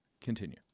Continue